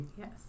Yes